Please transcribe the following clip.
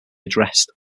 addressed